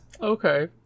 Okay